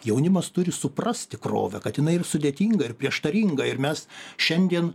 jaunimas turi suprast tikrovę kad jinai ir sudėtinga ir prieštaringa ir mes šiandien